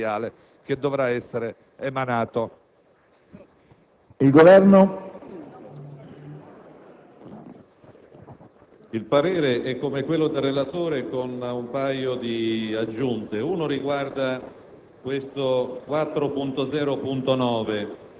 qui c'è un problema di quantificazione, su cui mi rimetto al Governo, e c'è un problema di applicazione concreta della norma, per la quale si prevede il rinvio ad un decreto ministeriale che dovrà essere emanato. GRANDI,